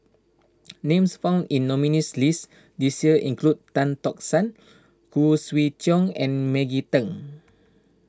names found in the nominees' list this year include Tan Tock San Khoo Swee Chiow and Maggie Teng